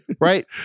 Right